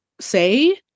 say